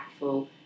impactful